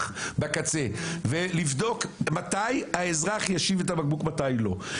בקצה ולבדוק מתי האזרח ישיב את הבקבוק מתי לא.